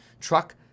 truck